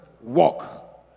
walk